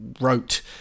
wrote